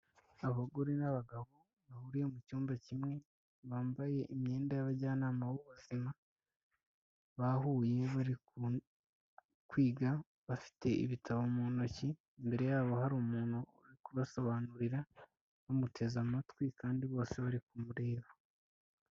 Abagore n'abagabo bahuriye mu cyumba kimwe, bambaye imyenda y'abajyanama b'ubuzima, bahuye bari kwiga, bafite ibitabo mu ntoki, imbere yabo hari umuntu uri kubasobanurira, bamuteze amatwi kandi bose bari kumureba.